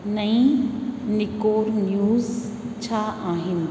नईं निकोड न्यूज़ छा आहिनि